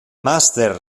master